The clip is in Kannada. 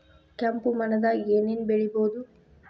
ಕೆಂಪು ಮಣ್ಣದಾಗ ಏನ್ ಏನ್ ಬೆಳಿಬೊದು?